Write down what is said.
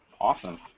Awesome